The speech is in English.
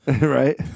Right